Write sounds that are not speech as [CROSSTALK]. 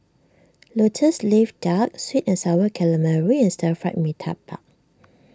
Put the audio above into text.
[NOISE] Lotus Leaf Duck Sweet and Sour Calamari and Stir Fried Mee Tai park